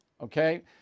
Okay